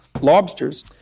lobsters